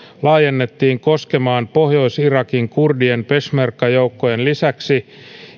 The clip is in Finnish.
laajennettiin koskemaan pohjois irakin kurdien peshmerga joukkojen lisäksi